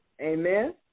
Amen